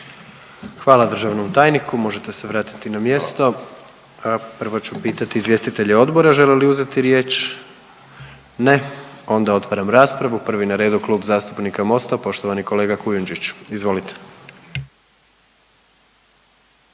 Hvala državnom tajniku. Možete se vratiti na mjesto. Prvo ću pitati izvjestitelje odbora žele li uzeti riječ? Ne. Onda otvaram raspravu. Prvi na redu Kluba zastupnika Mosta, poštovani kolega Kujundžić, izvolite.